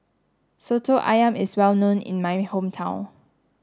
Soto Ayam is well known in my hometown